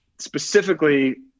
specifically